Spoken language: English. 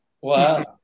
Wow